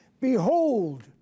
Behold